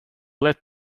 let